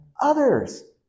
others